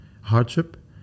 hardship